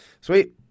Sweet